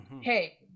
Hey